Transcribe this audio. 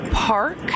Park